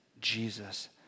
Jesus